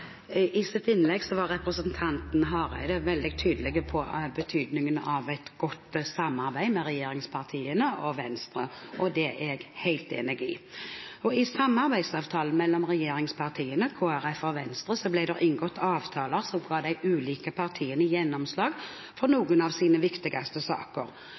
I sitt innlegg var representanten Hareide veldig tydelig på betydningen av et godt samarbeid med regjeringspartiene og Venstre. Det er jeg helt enig i er viktig. I samarbeidsavtalen mellom regjeringspartiene, Kristelig Folkeparti og Venstre ble det inngått avtaler som ga de ulike partiene gjennomslag for noen av deres viktigste saker.